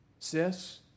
Sis